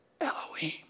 Elohim